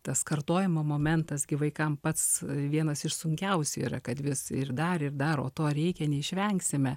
tas kartojimo momentas gi vaikam pats vienas iš sunkiausių yra kad vis ir dar ir dar o to reikia neišvengsime